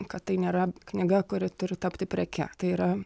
kad tai nėra knyga kuri turi tapti preke tai yra